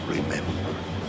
Remember